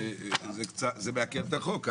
שזה מעכב את החוק.